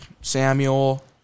Samuel